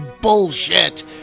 bullshit